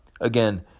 again